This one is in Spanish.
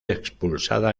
expulsada